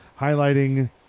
highlighting